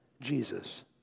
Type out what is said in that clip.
Jesus